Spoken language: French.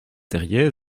terriers